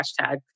hashtag